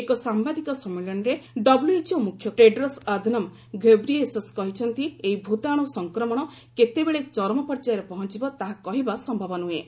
ଏକ ସାମ୍ଭାଦିକ ସମ୍ମିଳନୀରେ ଡବ୍ଲ୍ୟଏଚ୍ଓ ମୁଖ୍ୟ ଟେଡ୍ରସ୍ ଅଧନମ୍ ଘେବ୍ରିଏସସ୍ କହିଛନ୍ତି ଏହି ଭୂତାଣୁ ସଂକ୍ରମଣ କେତେବେଳେ ଚରମ ପର୍ଯ୍ୟାୟରେ ପହଞ୍ଚବ ତାହା କହିବା ସମ୍ଭବ ନୁହେଁ